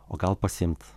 o gal pasiimt